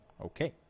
Okay